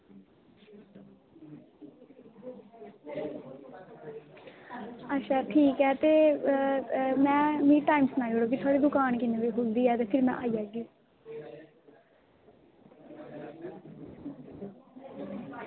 अच्छा ठीक ऐ ते में मिगी टाइम सनाई ओड़ो कि थुआढ़ी दकान किन्ने बजे खुलदी ऐ ते फिर में आई जाह्गी